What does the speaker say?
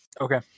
Okay